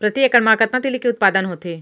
प्रति एकड़ मा कतना तिलि के उत्पादन होथे?